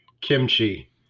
kimchi